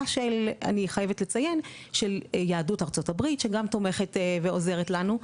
של - אני חייבת לציין של יהדות ארצות הברית שגם תומכת ועוזרת לנו.